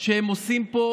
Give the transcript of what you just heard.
שהם עושים פה,